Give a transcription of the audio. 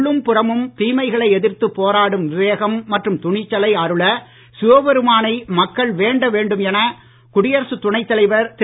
உள்ளும் புறமும் தீமைகளை எதிர்த்து போராடும் விவேகம் மற்றும் துணிச்சலை அருள சிவபெருமானை மக்கள் வேண்ட வேண்டும் என குடியரசுத் துணைத் தலைவர் திரு